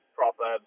proper